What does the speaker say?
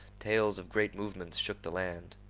tales of great movements shook the land.